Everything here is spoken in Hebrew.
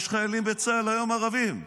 יש היום חיילים ערבים בצה"ל.